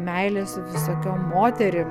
meilė su visokiom moterim